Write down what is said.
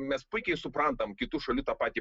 mes puikiai suprantam kitų šalių tą patį